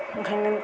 ओंखायनो